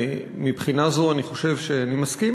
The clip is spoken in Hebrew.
ומבחינה זו אני חושב שאני מסכים